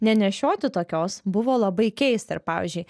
nenešioti tokios buvo labai keista ir pavyzdžiui